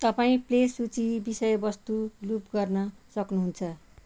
तपाईँ प्ले सूची विषयवस्तु लुप गर्न सक्नुहुन्छ